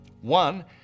One